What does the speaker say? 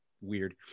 weird